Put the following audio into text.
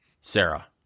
Sarah